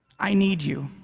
i need you.